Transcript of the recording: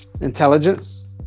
intelligence